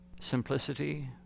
simplicity